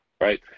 right